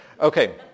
okay